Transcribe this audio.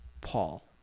Paul